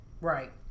Right